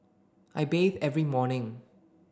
I bathe every morning